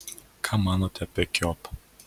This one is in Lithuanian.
ką manote apie kiotą